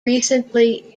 recently